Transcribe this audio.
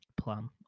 Plan